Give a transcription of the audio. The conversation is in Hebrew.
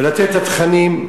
ולתת את התכנים,